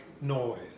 noise